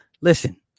Listen